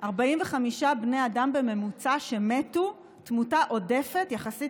45 בני אדם בממוצע מתו תמותה עודפת יחסית